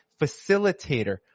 facilitator